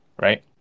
right